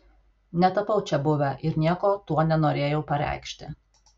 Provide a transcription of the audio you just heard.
netapau čiabuve ir nieko tuo nenorėjau pareikšti